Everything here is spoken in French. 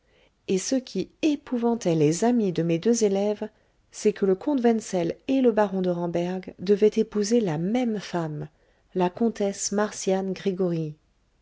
et ce qui épouvantait les amis de mes deux élèves c'est que le comte wenzel et le baron de ramberg devaient épouser la même femme la comtesse marcian gregoryi